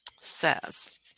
says